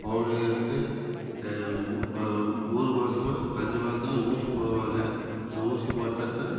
கோழிகளுக்கு மூணு மாதமா அஞ்சு மாதம் ஊசி போடுவாங்க ஊசி போட்டுவிட்டு